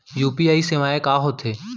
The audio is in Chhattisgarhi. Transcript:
यू.पी.आई सेवाएं का होथे